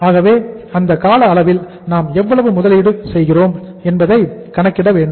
ஆகவே அந்த கால அளவில் நாம் எவ்வளவு முதலீடு செய்கிறோம் என்பதை கணக்கிட வேண்டும்